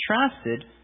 contrasted